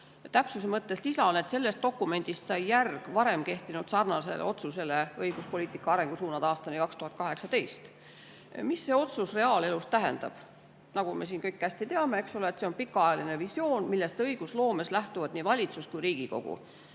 Täpsuse mõttes lisan, et sellest dokumendist sai järg varem kehtinud sarnasele otsusele "Õiguspoliitika arengusuunad aastani 2018". Mida see otsus reaalelus tähendab? Nagu me siin kõik hästi teame, eks ole, on see pikaajaline visioon, millest õigusloomes lähtuvad nii valitsus kui ka Riigikogu.